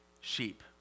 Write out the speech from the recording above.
sheep